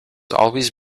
always